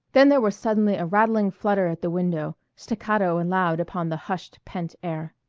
then there was suddenly a rattling flutter at the window, staccato and loud upon the hushed, pent air.